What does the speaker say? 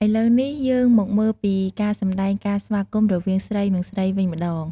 ឥឡូវនេះ យើងមកមើលពីការសម្ដែងការស្វាគមន៍រវាងស្រី និង ស្រីវិញម្ដង។